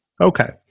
Okay